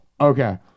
okay